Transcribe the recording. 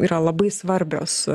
yra labai svarbios